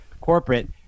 corporate